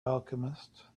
alchemist